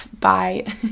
bye